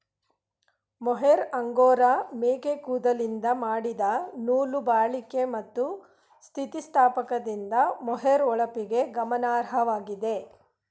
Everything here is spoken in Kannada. ಮೊಹೇರ್ ಅಂಗೋರಾ ಮೇಕೆ ಕೂದಲಿಂದ ಮಾಡಿದ ನೂಲು ಬಾಳಿಕೆ ಮತ್ತು ಸ್ಥಿತಿಸ್ಥಾಪಕದಿಂದ ಮೊಹೇರ್ ಹೊಳಪಿಗೆ ಗಮನಾರ್ಹವಾಗಿದೆ